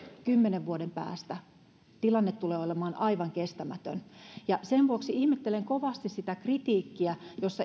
kymmenen vuoden päästä tilanne tulee olemaan aivan kestämätön ja sen vuoksi ihmettelen kovasti sitä kritiikkiä jossa